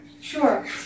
sure